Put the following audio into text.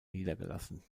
niedergelassen